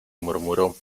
murmuró